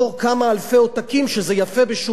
שזה יפה בשוק קטן כמו השוק הישראלי,